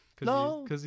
No